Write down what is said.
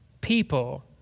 people